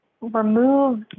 remove